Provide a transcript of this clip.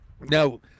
Now